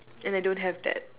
and I don't have that